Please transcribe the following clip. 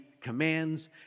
commands